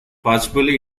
possibly